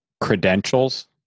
credentials